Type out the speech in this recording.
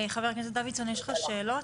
חבר הכנסת דוידסון, יש לך שאלות?